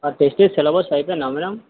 test syllabus అయిపోయిందా madam